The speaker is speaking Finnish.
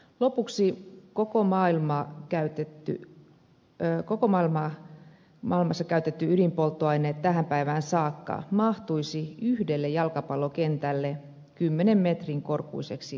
lopuksi koko maailmassa käytetty ydinpolttoaine tähän päivään saakka mahtuisi yhdelle jalkapallokentälle kymmenen metrin korkuiseksi palikaksi